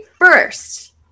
first